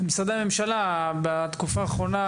בתקופה האחרונה,